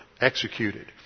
executed